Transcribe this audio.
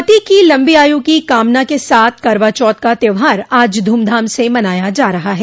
पति की लम्बी आयु की कामना के साथ करवाचौथ का त्यौहार आज धूमधाम से मनाया जा रहा है